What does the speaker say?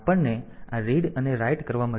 આપણને આ રીડ અને રાઈટ કરવા મળ્યું છે